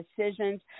decisions